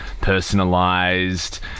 personalized